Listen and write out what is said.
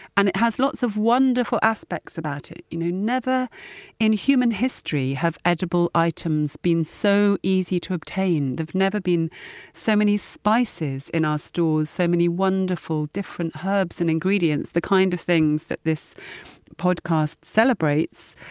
and it has lots of wonderful aspects about it. you know never in human history have edible items been so easy to obtain. there've never been so many spices in our stores, so many wonderful different herbs and ingredients, the kinds kind of things that this podcast celebrates.